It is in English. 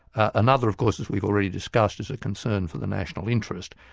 another of course as we've already discussed is a concern for the national interest,